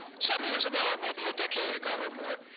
some years ago, maybe a decade ago or more,